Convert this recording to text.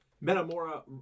Metamora